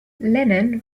lennon